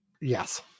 Yes